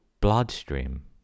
bloodstream